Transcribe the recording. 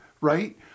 right